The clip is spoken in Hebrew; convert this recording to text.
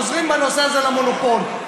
שעוזרים בנושא הזה למונופול.